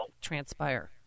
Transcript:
transpire